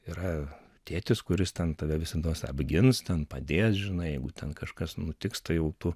yra tėtis kuris ten tave visados apgins ten padės žinai jeigu ten kažkas nutiks tai jau tu